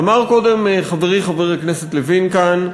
אמר קודם חברי חבר הכנסת לוין כאן: